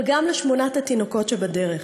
אבל גם לשמונת התינוקות שבדרך.